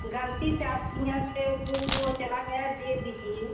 ग़लती से आपके हियाँ से बुक वह चला गया दे दीजिए